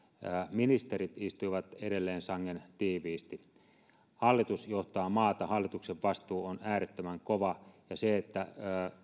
ministerit istuivat edelleen sangen tiiviisti hallitus johtaa maata hallituksen vastuu on äärettömän kova ja se että